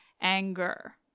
anger